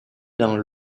dans